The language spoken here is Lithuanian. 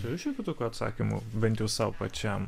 turi šiokių tokių atsakymų bent jau sau pačiam